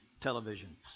television